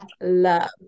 love